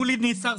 כולי נסער,